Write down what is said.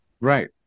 Right